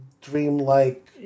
dreamlike